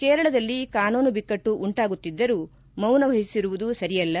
ಕೇರಳದಲ್ಲಿ ಕಾನೂನು ಬಿಕ್ಕಟ್ಟು ಉಂಟಾಗುತ್ತಿದ್ದರೂ ಮೌನ ವಹಿಸಿರುವುದು ಸರಿಯಲ್ಲ